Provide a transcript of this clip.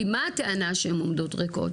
כי מה הטענה שהם עומדות ריקות?